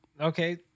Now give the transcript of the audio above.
okay